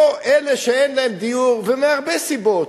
פה, אלה שאין להם דיור, ומהרבה סיבות,